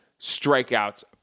strikeouts